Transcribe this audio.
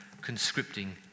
conscripting